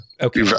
Okay